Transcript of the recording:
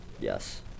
yes